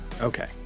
Okay